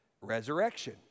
Resurrection